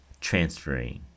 transferring